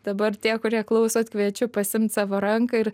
dabar tie kurie klausot kviečiu pasiimt savo ranką ir